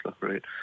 right